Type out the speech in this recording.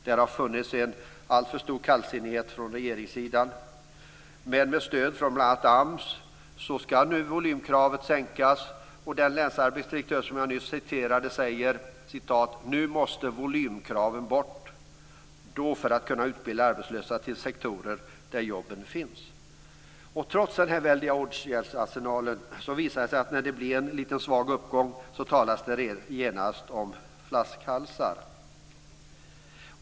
Det har funnits en alltför stor kallsinnighet från regeringssidan. Med stöd från bl.a. AMS skall nu volymkravet sänkas. Den länsarbetsdirektör som jag nyss citerade säger följande: "Nu måste volymkravet bort". Man måste kunna utbilda arbetslösa för de sektorer där jobben finns. Trots den väldiga åtgärdsarsenalen talas det genast om flaskhalsar när det blir en svag uppgång.